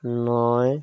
নয়